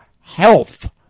health